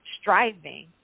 striving